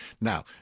Now